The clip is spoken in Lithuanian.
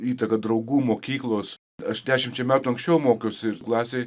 įtaką draugų mokyklos aš dešimčia metų anksčiau mokiausi klasėj